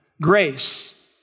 grace